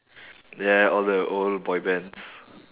ya ya all the old boy bands